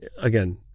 again